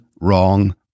wrong